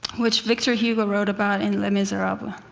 which victor hugo wrote about in les miserables.